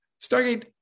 Stargate